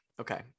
Okay